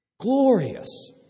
glorious